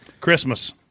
Christmas